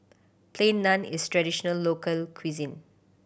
Plain Naan is traditional local cuisine